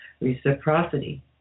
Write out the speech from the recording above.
Reciprocity